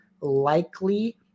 likely